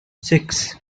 six